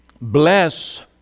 bless